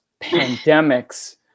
pandemics